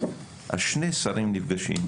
אז שני שרים נפגשים,